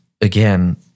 again